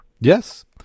yes